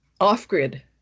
off-grid